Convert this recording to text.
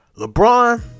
LeBron